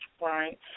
Right